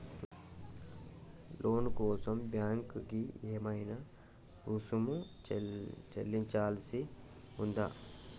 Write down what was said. లోను కోసం బ్యాంక్ కి ఏమైనా రుసుము చెల్లించాల్సి ఉందా?